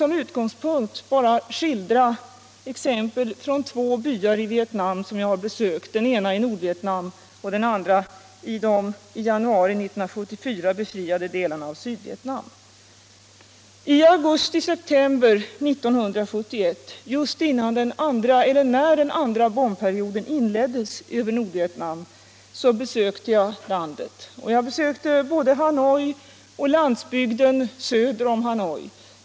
Som utgångspunkt skall jag då ta några exempel från två byar i Vietnam som jag har besökt, den ena i Nordvietnam och den andra i de under januari 1974 befriade delarna av Sydvietnam. I augusti-september 1971, just när den andra bombperioden inleddes över Nordvietnam, besökte jag landet. Jag var då både i Hanoi och på landsbygden söder om Hanoi.